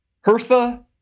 Hertha